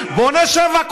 בוא נעשה משאל.